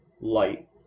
light